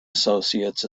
associates